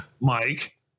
Mike